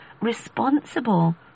responsible